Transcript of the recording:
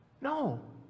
No